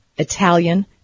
italian